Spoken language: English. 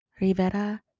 Rivera